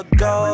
go